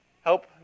Help